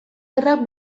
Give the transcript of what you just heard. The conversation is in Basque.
gerrak